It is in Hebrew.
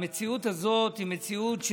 המציאות הזאת היא מציאות,